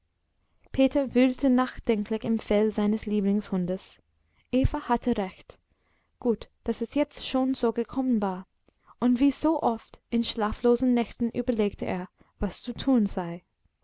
peter wühlte nachdenklich im fell seines lieblingshundes eva hatte recht gut daß es jetzt schon so gekommen war und wie so oft in schlaflosen nächten überlegte er was zu tun sei